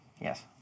Yes